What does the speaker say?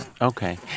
Okay